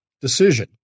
decision